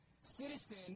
citizen